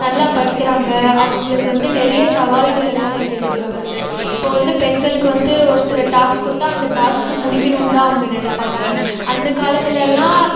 நல்லா படிக்கிறாங்க அவங்களுக்கு வந்து நிறைய சவால்கள் எல்லாம் எதிர்கொள்ள வருது இப்போ வந்து பெண்களுக்கு வந்து ஒரு சில டாஸ்க் கொடுத்தா அந்த டாஸ்க்கு முடிக்கணுன்னு தான் அவங்க நினைப்பாங்க அந்தக் காலத்தில் எல்லாம்